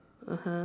(uh huh)